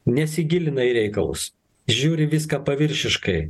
nesigilina į reikalus žiūri į viską paviršiškai